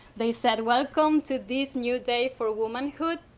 they said, welcome to this new day for womanhood.